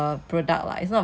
buy outside lor